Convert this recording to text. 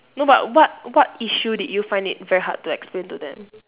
no but what what issue did you find it very hard to explain to them